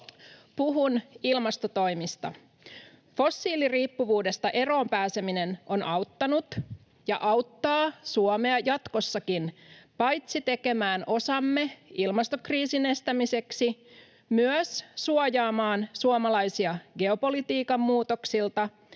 puhun ilmastotoimista. Fossiiliriippuvuudesta eroon pääseminen on auttanut ja auttaa Suomea jatkossakin paitsi tekemään osamme ilmastokriisin estämiseksi myös suojaamaan suomalaisia geopolitiikan muutoksilta